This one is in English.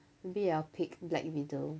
maybe I'll pick black widow